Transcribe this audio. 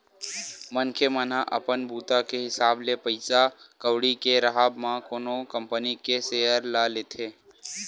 मनखे मन ह अपन बूता के हिसाब ले पइसा कउड़ी के राहब म कोनो कंपनी के सेयर ल लेथे